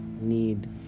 need